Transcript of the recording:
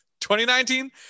2019